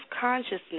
consciousness